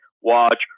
watch